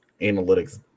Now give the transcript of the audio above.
analytics